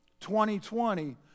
2020